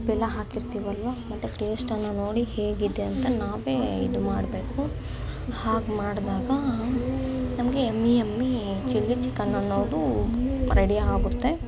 ಉಪ್ಪೆಲ್ಲ ಹಾಕಿರ್ತೀವಲ್ವ ಮತ್ತೆ ಟೇಶ್ಟನ್ನು ನೋಡಿ ಹೇಗಿದೆ ಅಂತ ನಾವೇ ಇದು ಮಾಡಬೇಕು ಹಾಗೆ ಮಾಡ್ದಾಗ ನಮಗೆ ಯಮ್ಮಿ ಯಮ್ಮಿ ಚಿಲ್ಲಿ ಚಿಕ್ಕನ್ ಅನ್ನೋದು ರೆಡಿ ಆಗುತ್ತೆ